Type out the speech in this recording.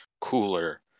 cooler